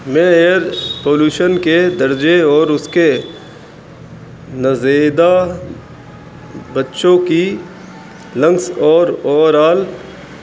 میں air pollution کے درجے اور اس کے نزیدہ بچوں کی لنگس اور اوور آل